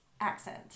accent